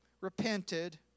repented